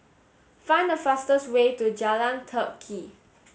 find the fastest way to Jalan Teck Kee